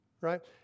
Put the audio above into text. right